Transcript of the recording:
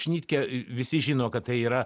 šnitkė visi žino kad tai yra